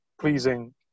pleasing